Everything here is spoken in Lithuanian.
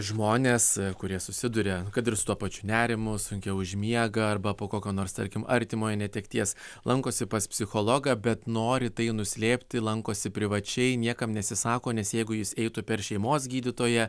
žmonės kurie susiduria kad ir su tuo pačiu nerimu sunkiau užmiega arba po kokio nors tarkim artimojo netekties lankosi pas psichologą bet nori tai nuslėpti lankosi privačiai niekam nesisako nes jeigu jis eitų per šeimos gydytoją